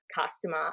customer